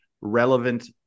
relevant